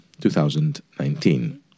2019